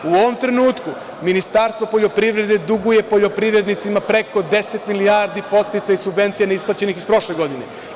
U ovom trenutku Ministarstvo poljoprivrede duguje poljoprivrednicima preko 10 milijardi podsticaja subvencije neisplaćenih iz prošle godine.